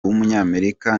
w’umunyamerika